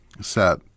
set